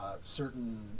certain